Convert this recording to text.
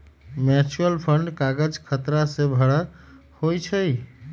mutual fund काज़ खतरा से भरल होइ छइ